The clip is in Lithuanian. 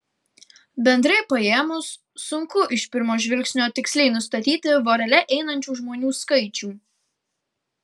bendrai paėmus sunku iš pirmo žvilgsnio tiksliai nustatyti vorele einančių žmonių skaičių